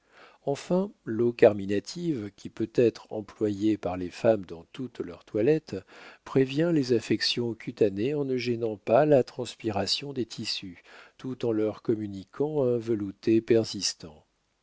enfin l'eau carminative qui peut être employée par les femmes dans toutes leurs toilettes prévient les affections cutanées en ne gênant pas la transpiration des tissus tout en leur communiquant un velouté persistant